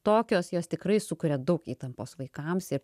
tokios jos tikrai sukuria daug įtampos vaikams ir